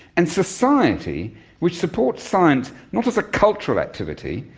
and society which supports science not as a cultural activity,